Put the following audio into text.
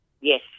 yes